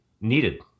needed